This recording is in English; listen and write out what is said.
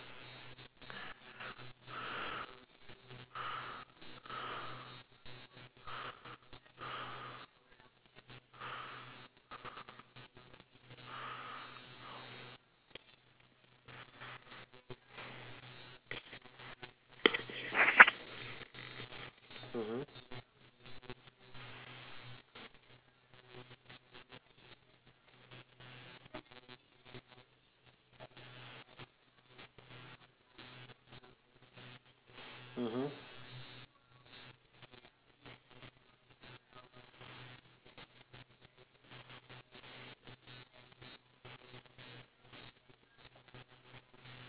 mmhmm mmhmm